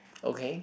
okay